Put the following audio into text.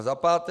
Za páté.